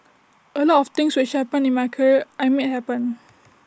A lot of things which happened in my career I made happen